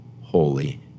holy